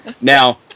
Now